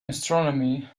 astronomy